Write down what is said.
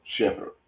shepherd